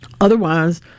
Otherwise